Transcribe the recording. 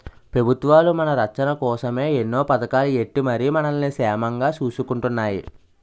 పెబుత్వాలు మన రచ్చన కోసమే ఎన్నో పదకాలు ఎట్టి మరి మనల్ని సేమంగా సూసుకుంటున్నాయి